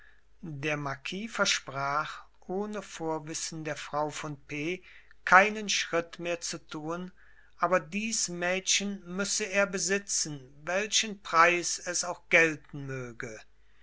der marquis versprach ohne vorwissen der frau von p keinen schritt mehr zu tun aber dies mädchen müsse er besitzen welchen preis es auch gelten möge